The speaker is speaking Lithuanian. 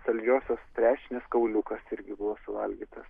saldžiosios trešnės kauliukas irgi buvo suvalgytas